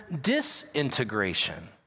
disintegration